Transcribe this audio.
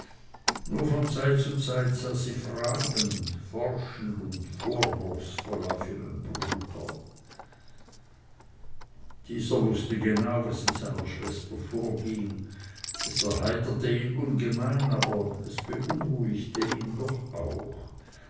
nur von zeit zu zeit sah sie fragend forschend und vorwurfsvoll auf ihren bruder dieser wußte genau was in seiner schwester seele vorging es erheiterte ihn ungemein aber es beunruhigte ihn doch auch